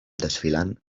desfilant